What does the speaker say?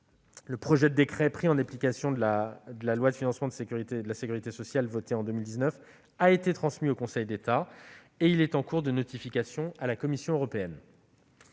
Le projet de décret pris en application de la loi de financement de la sécurité sociale votée en 2019 a été transmis au Conseil d'État et se trouve en cours de notification à la Commission européenne.